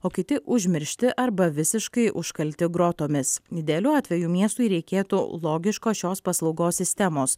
o kiti užmiršti arba visiškai užkalti grotomis idealiu atveju miestui reikėtų logiškos šios paslaugos sistemos